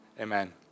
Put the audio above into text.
Amen